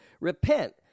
Repent